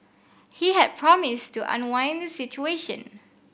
he had promised to unwind the situation